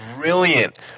Brilliant